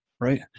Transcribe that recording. right